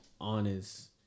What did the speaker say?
honest